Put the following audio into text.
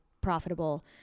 profitable